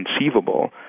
conceivable